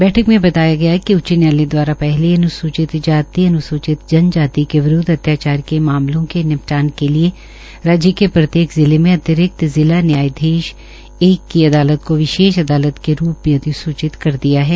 बैठक में बताया गया कि उच्च न्यायालय द्वारा पहले ही अनुसूचित जातिअनुसूचित जनजाति के विरूद्घ अत्याचार के मामलों के निपटान के लिए राज्य के प्रत्येक जिले में अतिरिक्त जिला न्यायाधीश एक की अदालत को विशेष अदालत के रूप में अधिसूचित कर दिया गया है